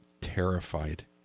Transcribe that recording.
terrified